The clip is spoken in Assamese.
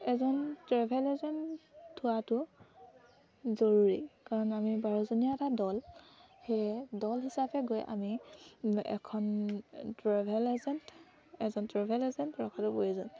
এজন ট্ৰেভেল এজেণ্ট থোৱাটো জৰুৰী কাৰণ আমি বাৰজনীয়া এটা দল সেয়ে দল হিচাপে গৈ আমি এখন ট্ৰেভেল এজেণ্ট এজন ট্ৰেভেল এজেণ্ট ৰখাটো প্ৰয়োজন